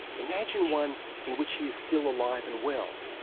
imagine one in which he is still alive and well.